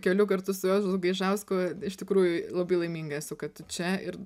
keliu kartu su juozu gaižausku iš tikrųjų labai laiminga esu kad tu čia ir